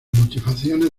motivaciones